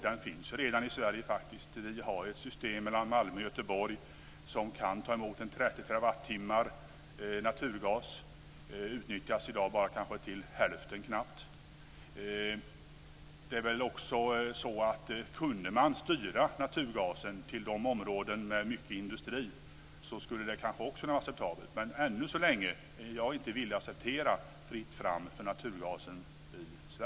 Gasen finns faktiskt redan i Sverige. Vi har ett system mellan Malmö och Göteborg som kan ta emot ca 30 terawattimmar naturgas. Det utnyttjas i dag bara kanske till knappt hälften. Det är väl också så att kunde man styra naturgasen till områden med mycket industri skulle det också vara acceptabelt. Men än så länge är jag inte villig att acceptera fritt fram för naturgasen i